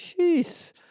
Jeez